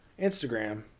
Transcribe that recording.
Instagram